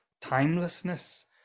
timelessness